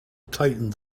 tightened